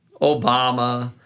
obama,